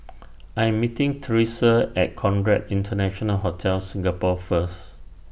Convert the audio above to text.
I Am meeting Theresa At Conrad International Hotel Singapore First